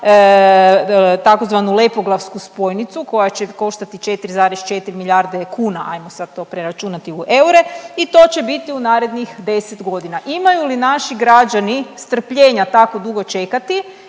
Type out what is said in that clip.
na tzv. lepoglavsku spojnicu koja će koštati 4,4 milijarde kuna, ajmo sad to preračunati u eure i to će biti u narednih 10 godina. Imali li naši građani strpljenja tako dugo čekati